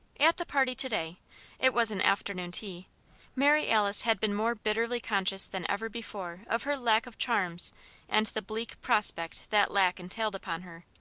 at the party to-day it was an afternoon tea mary alice had been more bitterly conscious than ever before of her lack of charms and the bleak prospect that lack entailed upon her.